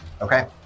Okay